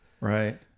Right